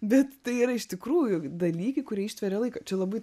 bet tai yra iš tikrųjų dalykai kurie ištveria laiką čia labai